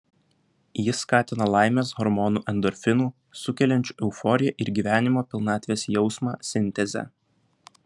jis skatina laimės hormonų endorfinų sukeliančių euforiją ir gyvenimo pilnatvės jausmą sintezę